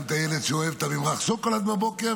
גם את הילד שאוהב ממרח שוקולד בבוקר,